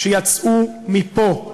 שיצאו מפה,